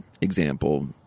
example